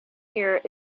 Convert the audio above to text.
here